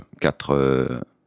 quatre